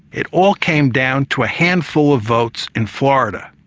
it all came down to a handful of votes in florida.